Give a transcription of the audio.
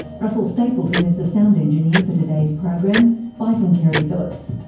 russell stapleton is the sound engineer for today's program. bye from keri phillips